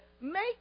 make